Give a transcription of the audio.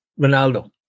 Ronaldo